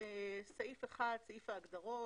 סעיף 1, סעיף ההגדרות.